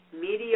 Media